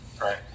right